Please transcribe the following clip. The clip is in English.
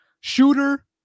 shooter